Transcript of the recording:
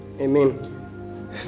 Amen